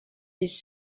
his